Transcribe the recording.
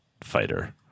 fighter